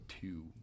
two